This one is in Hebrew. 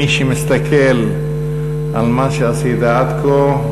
מי שמסתכל על מה שעשית עד כה,